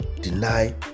deny